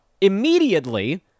immediately